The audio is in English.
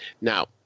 Now